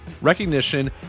Recognition